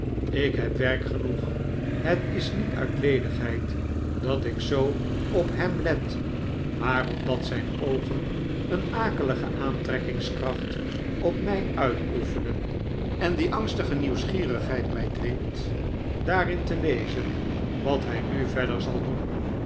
ik heb werk genoeg het is niet uit ledigheid dat ik zoo op hem let maar omdat zijn oogen een akelige aantrekkingskracht op mij uitoefenen en een angstige nieuwsgierigheid mij dwingt daarin te lezen wat hij nu verder zal doen